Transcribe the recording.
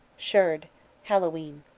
sheard hallowe'en.